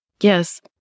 Yes